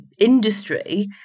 industry